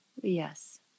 Yes